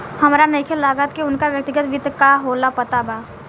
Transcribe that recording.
हामरा नइखे लागत की उनका व्यक्तिगत वित्त का होला पता बा